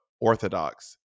Orthodox